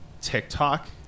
TikTok